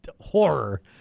horror